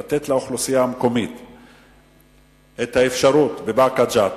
לתת לאוכלוסייה המקומית את האפשרות בבאקה ג'ת,